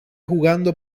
jugando